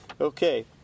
Okay